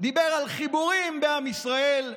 דיבר על חיבורים בעם ישראל,